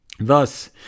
Thus